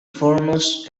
foremost